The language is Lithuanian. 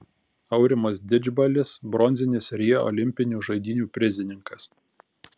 aurimas didžbalis bronzinis rio olimpinių žaidynių prizininkas